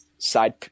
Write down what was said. side